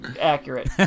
accurate